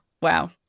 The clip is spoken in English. Wow